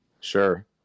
Sure